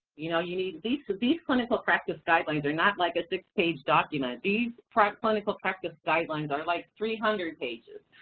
you know, you know these these clinical practice guidelines are not like a six page document. these clinical practice guidelines are like three hundred pages.